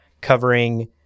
covering